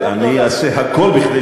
אין כאלה.